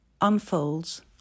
unfolds